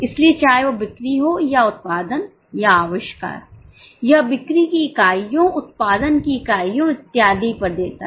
इसलिए चाहे वह बिक्री हो या उत्पादन या आविष्कार यह बिक्री की इकाइयों उत्पादन की इकाइयों इत्यादि पर देता है